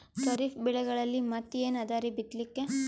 ಖರೀಫ್ ಬೆಳೆಗಳಲ್ಲಿ ಮತ್ ಏನ್ ಅದರೀ ಬಿತ್ತಲಿಕ್?